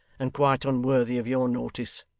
and quite unworthy of your notice